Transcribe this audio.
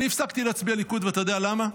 אני הפסקתי להצביע ליכוד, אתה יודע למה?